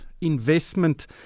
investment